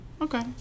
Okay